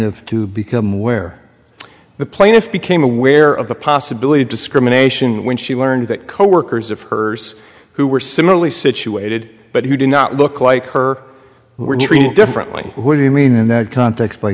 plaintiff to become where the plaintiff became aware of the possibility of discrimination when she learned that coworkers of hers who were similarly situated but who do not look like her who were treated differently what do you mean in that context by